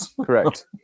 Correct